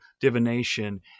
divination